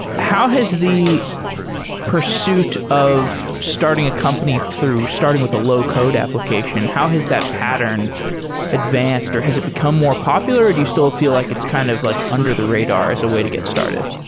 how has the pursuit of starting a company through starting with a low code application? how has that pattern advance or has it become more popular? do you still feel like it's kind of like under the radar is a way to get started?